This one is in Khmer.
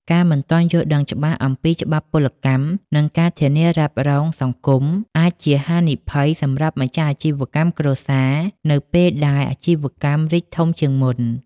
ការមិនទាន់យល់ដឹងច្បាស់អំពីច្បាប់ពលកម្ម និងការធានារ៉ាប់រងសង្គម អាចជាហានិភ័យសម្រាប់ម្ចាស់អាជីវកម្មគ្រួសារនៅពេលដែលអាជីវកម្មរីកធំជាងមុន។